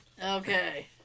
Okay